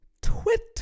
Twitter